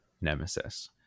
Nemesis